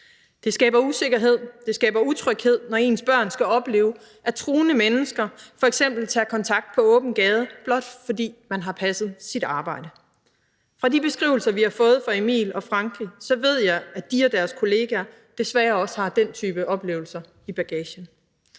Det skaber usikkerhed og utryghed, når ens børn skal opleve, at truende mennesker f.eks. tager kontakt på åben gade, blot fordi man har passet sit arbejde. Fra de beskrivelser, vi har fået fra Emil og Frankie, ved jeg, at de og deres kollegaer desværre også har den type oplevelser med i bagagen.